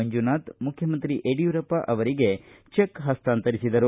ಮಂಜುನಾಥ್ ಅವರು ಮುಖ್ಯಮಂತ್ರಿ ಯಡಿಯೂರಪ್ಪ ಅವರಿಗೆ ಚೆಕ್ ಹಸ್ತಾಂತರಿಸಿದರು